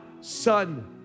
son